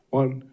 one